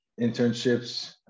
internships